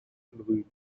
unruly